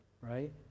right